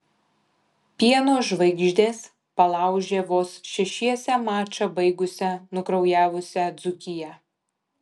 pieno žvaigždės palaužė vos šešiese mačą baigusią nukraujavusią dzūkiją